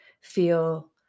feel